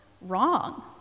wrong